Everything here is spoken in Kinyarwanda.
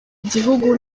igihugu